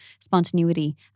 spontaneity